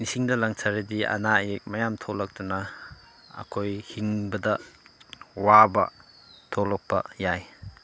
ꯏꯁꯤꯡꯗ ꯂꯪꯊꯔꯗꯤ ꯑꯅꯥ ꯑꯌꯦꯛ ꯃꯌꯥꯝ ꯊꯣꯛꯂꯛꯇꯅ ꯑꯩꯈꯣꯏ ꯍꯤꯡꯕꯗ ꯋꯥꯕ ꯊꯣꯛꯂꯛꯄ ꯌꯥꯏ